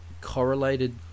correlated